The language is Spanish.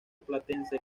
platense